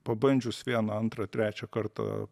pabandžius vieną antrą trečią kartą